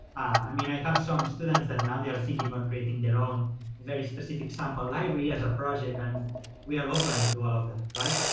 i mean, i have some students that and now they are thinking on creating their own very specific sample library as a project and we are open to all of that, right.